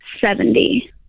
Seventy